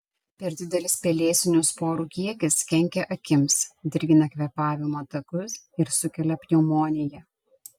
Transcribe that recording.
per didelis pelėsinių sporų kiekis kenkia akims dirgina kvėpavimo takus ir sukelia pneumoniją